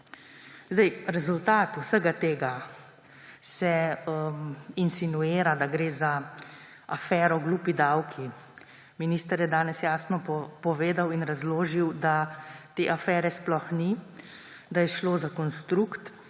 Rezultat vsega tega insinuira, da gre za afero glupi davki. Minister je danes jasno povedal in razložil, da te afere sploh ni, da je šlo za konstrukt